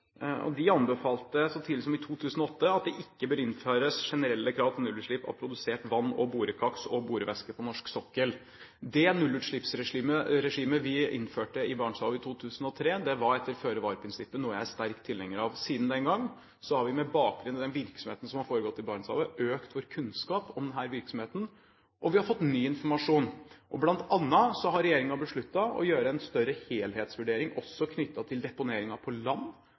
for. De anbefalte, så tidlig som i 2008, at det ikke bør innføres generelle krav til nullutslipp av produsert vann, borekaks og borevæske på norsk sokkel. Det nullutslippsregime vi innførte i Barentshavet i 2003, var etter føre-var-prinsippet, noe jeg er sterk tilhenger av. Siden den gang har vi med bakgrunn i den virksomheten som har foregått i Barentshavet, økt vår kunnskap om denne virksomheten, og vi har fått ny informasjon. Blant annet har regjeringen besluttet å gjøre en større helhetsvurdering også knyttet til deponeringen av boreslam på land